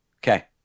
okay